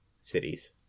cities